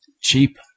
cheap